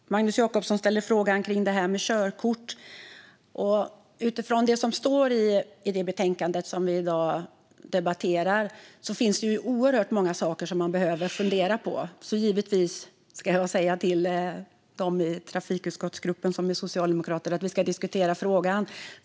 Fru talman! Magnus Jacobsson frågar om det här med körkort. Utifrån det som står i betänkandet som vi i dag debatterar finns det oerhört många saker som man behöver fundera på. Givetvis ska jag säga till dem i trafikutskottsgruppen som är socialdemokrater att vi ska diskutera frågan.